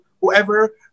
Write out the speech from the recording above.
whoever